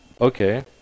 Okay